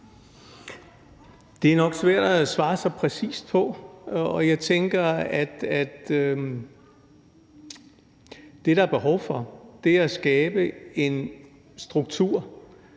Det er nok svært at svare så præcist på. Jeg tænker, at det, der er behov for, er at skabe en struktur,